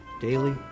Daily